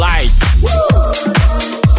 Lights